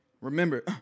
Remember